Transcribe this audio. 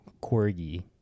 Corgi